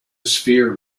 sphere